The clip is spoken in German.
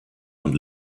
und